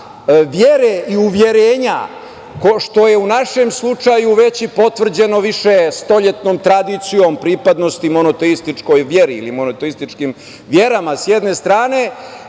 vere i uverenja, što je u našem slučaju već i potvrđeno više stoljetnom tradicijom, pripadnosti, monoteističkoj veri ili monoteističkim verama s jedne strane,